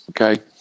Okay